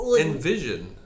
envision